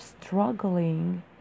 struggling